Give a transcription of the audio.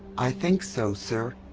i think so, sir.